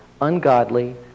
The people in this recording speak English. ungodly